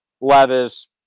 Levis